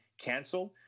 canceled